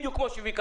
בדיוק כמו שביקשתם.